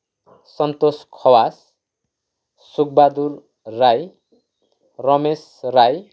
Santosh Khawas Sukbahadur Rai Ramesh Rai